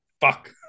fuck